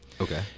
okay